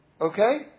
okay